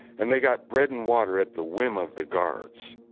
and they got bread and water at the whim of the guards.